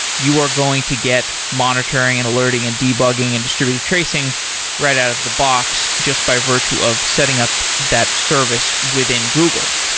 you are going to get monitoring and alerting and debugging and distributed tracing right out of the box, just by virtue of setting up that service within google.